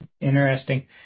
Interesting